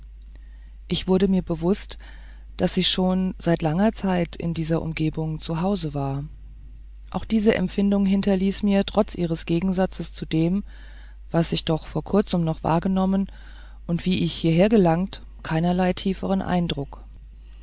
ich wurde mir bewußt daß ich schon seit langer zeit in dieser umgebung zu hause war auch diese empfindung hinterließ mir trotz ihres gegensatzes zu dem was ich doch vor kurzem noch wahrgenommen und wie ich hierher gelangt keinerlei tieferen eindruck